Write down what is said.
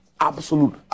absolute